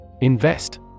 Invest